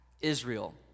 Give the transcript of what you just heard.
Israel